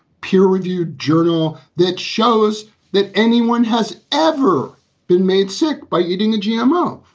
peer reviewed journal that shows that anyone has ever been made sick by eating a gmo.